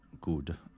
good